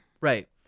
Right